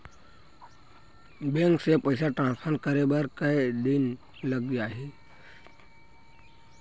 Bank से पइसा transfer करे बर कई दिन लग जाही?